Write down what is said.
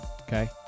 Okay